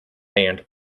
band